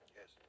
Yes